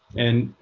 and